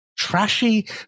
trashy